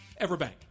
everbank